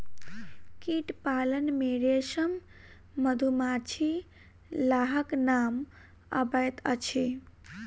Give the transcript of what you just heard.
कीट पालन मे रेशम, मधुमाछी, लाहक नाम अबैत अछि